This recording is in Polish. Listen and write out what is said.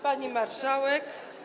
Pani Marszałek!